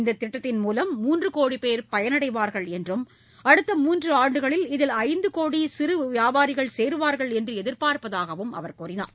இந்த திட்டத்தின் மூலம் மூன்று கோடி பேர் பயனடைவார்கள் என்றும் அடுத்த மூன்றாண்டுகளில் இதில் ஐந்து கோடி சிறு வியாபாரிகள் சேருவார்கள் என்று எதிர்பார்ப்பதாகவும் அவர் கூறினார்